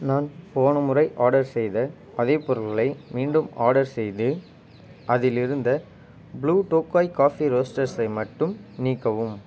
நான் போன முறை ஆர்டர் செய்த அதே பொருட்களை மீண்டும் ஆர்டர் செய்து அதிலிருந்த ப்ளூ டோகாய் காஃபி ரோஸ்ட்டர்ஸை மட்டும் நீக்கவும்